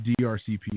DRCP